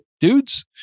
dudes